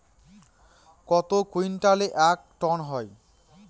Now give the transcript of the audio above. কত কুইন্টালে এক টন হয়?